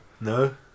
No